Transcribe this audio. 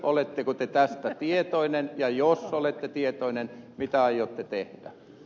oletteko te tästä tietoinen ja jos olette tietoinen mitä aiotte tehdä